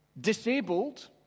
disabled